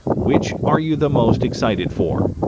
which are you the most excited for?